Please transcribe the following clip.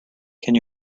can